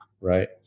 right